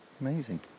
Amazing